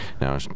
Now